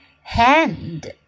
hand